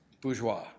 bourgeois